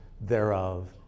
thereof